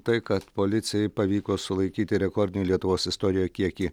tai kad policijai pavyko sulaikyti rekordinį lietuvos istorijoje kiekį